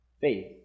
faith